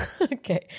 Okay